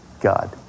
God